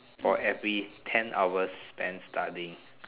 for every ten hours spent studying